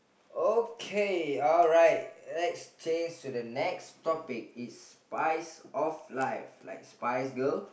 okay alright let's change to the next topic is spice of life like spice girl